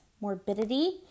Morbidity